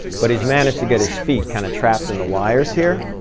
but he's managed to get his feet kind of trapped in the wires here.